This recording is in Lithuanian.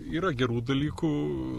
yra gerų dalykų